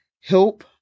help